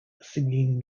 singing